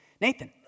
Nathan